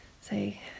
Say